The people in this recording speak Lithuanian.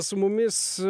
su mumis